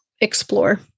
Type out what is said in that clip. explore